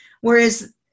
Whereas